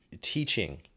teaching